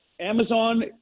Amazon